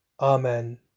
Amen